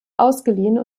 ausgeliehen